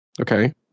Okay